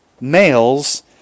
males